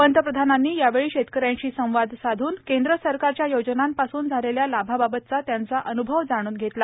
पंतप्रधानांनी यावेळी शेतकऱ्यांशी संवाद साधून केंद्र सरकारच्या योजनांपासून झालेल्या लाभाबाबतचा त्यांचा अन्भव जाणून घेतला